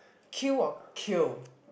queue or kill